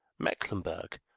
mecklenburg,